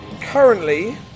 currently